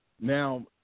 Now